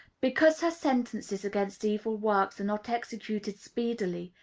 because her sentences against evil works are not executed speedily,